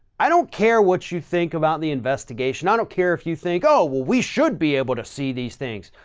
i don't care what you think about the investigation. i don't care if you think, oh, well we should be able to see these things.